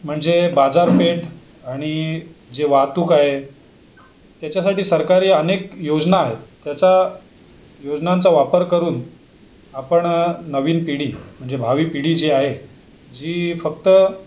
म्हणजे बाजारपेठ आणि जे वाहतूक आहे त्याच्यासाठी सरकारी अनेक योजना आहेत त्याचा योजनांचा वापर करून आपण नवीन पिढी म्हणजे भावी पिढी जी आहे जी फक्त